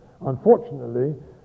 Unfortunately